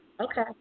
Okay